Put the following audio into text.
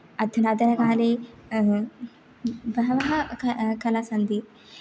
अधुनातनकाले बहवः ख कलाः सन्ति